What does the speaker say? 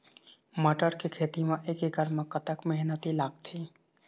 मटर के खेती म एक एकड़ म कतक मेहनती लागथे?